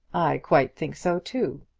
i quite think so too,